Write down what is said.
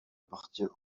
appartient